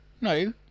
No